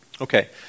Okay